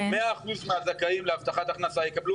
100% מהזכאים להבטחת הכנסה יקבלו